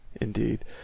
Indeed